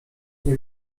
nie